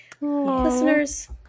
Listeners